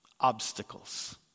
obstacles